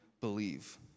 believe